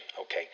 Okay